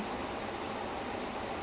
in chennai ya